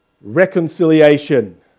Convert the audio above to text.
Reconciliation